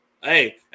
hey